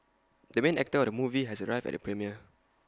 the main actor of the movie has arrived at the premiere